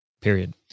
Period